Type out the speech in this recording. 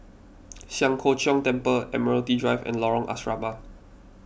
Siang Cho Keong Temple Admiralty Drive and Lorong Asrama